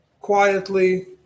quietly